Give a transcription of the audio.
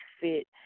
fit